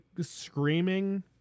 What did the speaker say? screaming